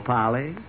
Polly